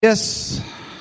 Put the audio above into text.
Yes